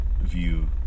view